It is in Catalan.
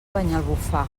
banyalbufar